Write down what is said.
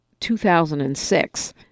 2006